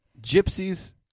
gypsies